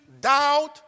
doubt